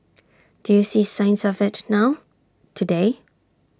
do you see signs of IT now today